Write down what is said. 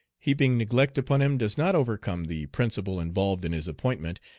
heaping neglect upon him does not overcome the principle involved in his appointment,